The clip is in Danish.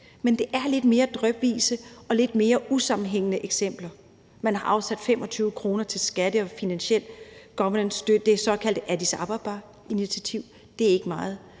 Men der er lidt mere drypvise og lidt mere usammenhængende eksempler. Man har afsat 25 kr. til skattemæssig og finansiel gouvernancestøtte, det såkaldte Addis Ababa-initiativ. Det er ikke meget.